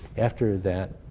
after that